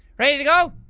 ready to go?